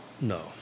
No